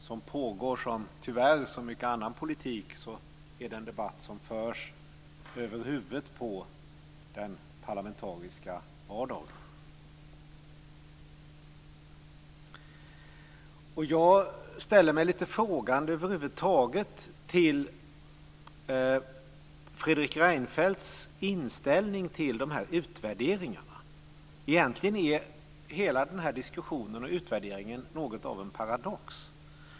Det är tyvärr en debatt som, liksom när det gäller mycket annan politik, förs över huvudet på oss i den parlamentariska vardagen. Jag ställer mig lite frågande över huvud taget till Fredrik Reinfeldts inställning till de här utvärderingarna. Egentligen är hela den här diskussionen och utvärderingen något av en paradox.